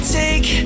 take